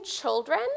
children